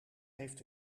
heeft